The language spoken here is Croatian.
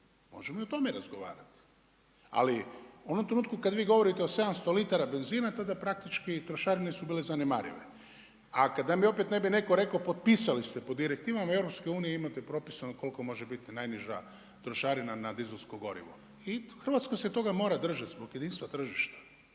Možemo i o tome razgovarat. Ali u onom trenutku kad vi govorite o 700 litara benzina, tada praktički trošarine su bile zanemarive, a kad nam opet ne bi netko rekao potpisali ste po direktivama EU-a, imate propisano koliko može biti najniža trošarina na dizelsko gorivo i Hrvatska se toga držati zbog jedinstva tržišta.